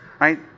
Right